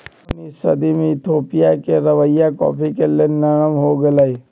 उनइस सदी में इथोपिया के रवैया कॉफ़ी के लेल नरम हो गेलइ